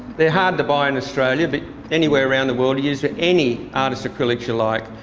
they're hard to buy in australia, but anywhere around the world, use any artists acrylics you like.